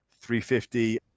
350